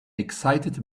excited